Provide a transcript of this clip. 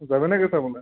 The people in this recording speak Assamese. যাবি নে কি চাবলৈ